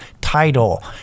title